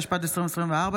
התשפ"ד 2024,